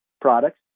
products